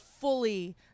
fully